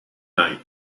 night